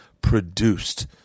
produced